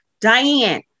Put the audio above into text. Diane